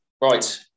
Right